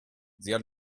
zia